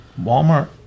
Walmart